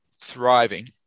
thriving